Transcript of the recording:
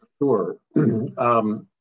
Sure